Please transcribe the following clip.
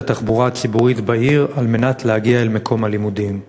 התחבורה הציבורית בעיר על מנת להגיע אל מקום הלימודים.